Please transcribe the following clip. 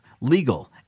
legal